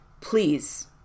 please